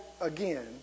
again